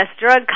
drug